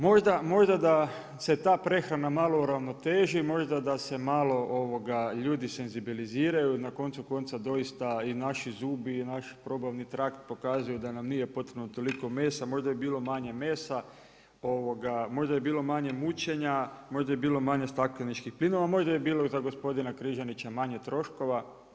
Možda da se ta prehrana malo uravnoteži, možda da se malo ljudi senzibiliziraju, na koncu konca doista i naši zubi i naš probavni trakt pokazuje da nam nije potrebno toliko mesa, možda bi bilo manje mesa, možda bi bilo manje mučenja, možda bi bilo manje stakleničkih plinova a možda bi bilo za gospodina Križanića manje troškova.